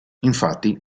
infatti